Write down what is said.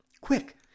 Quick